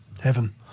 heaven